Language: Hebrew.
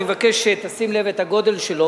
אני מבקש שתשים לב לגודל שלו,